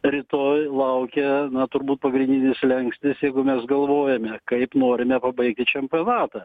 rytoj laukia na turbūt pagrindinis slenkstis jeigu mes galvojame kaip norime pabaigti čempionatą